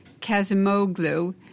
Kazimoglu